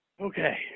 Okay